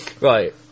Right